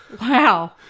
Wow